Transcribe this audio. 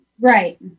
Right